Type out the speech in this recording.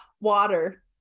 Water